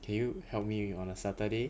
can you help me with you on a saturday